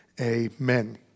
amen